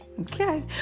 Okay